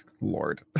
lord